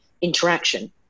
interaction